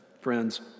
friends